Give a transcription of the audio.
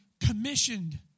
commissioned